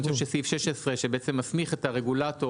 אני חושב שסעיף 16 שבעצם מסמיך את הרגולטור